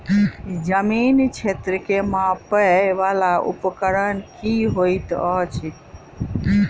जमीन क्षेत्र केँ मापय वला उपकरण की होइत अछि?